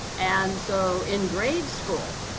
and so in grade school,